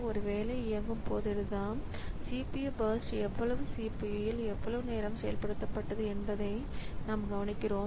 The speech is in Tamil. ஒரு வேலை இயங்கும் போதெல்லாம் CPU பர்ஸ்ட் எவ்வளவு CPU இல் எவ்வளவு நேரம் செயல்படுத்தப்பட்டது என்பதை நாம் கவனிக்கிறோம்